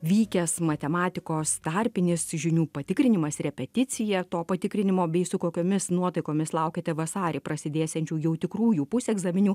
vykęs matematikos tarpinis žinių patikrinimas repeticija to patikrinimo bei su kokiomis nuotaikomis laukiate vasarį prasidėsiančių jau tikrųjų pusegzaminų